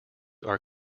are